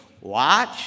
Watch